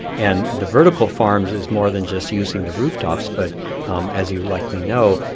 and the vertical farms is more than just using the rooftops, but um as you likely know,